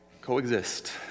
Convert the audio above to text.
coexist